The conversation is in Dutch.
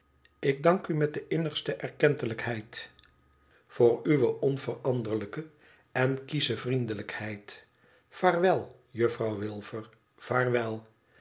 ik dank u met de innigste erkentelijkheid voor uwe onveranderlijke en kiesche vriendelijkheid vaarwel juffrouw wilfer vaarwel